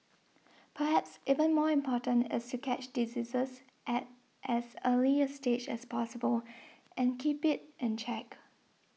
perhaps even more important is to catch diseases at as early a stage as possible and keep it in check